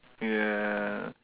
ya